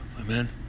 Amen